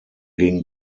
gegen